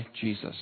Jesus